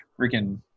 freaking